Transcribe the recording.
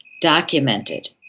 documented